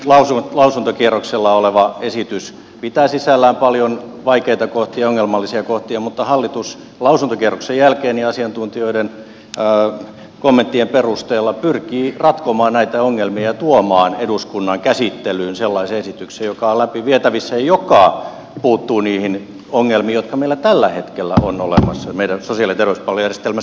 nyt lausuntokierroksella oleva esitys pitää sisällään paljon vaikeita kohtia ongelmallisia kohtia mutta hallitus lausuntokierroksen jälkeen ja asiantuntijoiden kommenttien perusteella pyrkii ratkomaan näitä ongelmia ja tuomaan eduskunnan käsittelyyn sellaisen esityksen joka on läpivietävissä ja joka puuttuu niihin ongelmiin joita meillä tällä hetkellä on olemassa meidän sosiaali ja terveyspalvelujärjestelmässä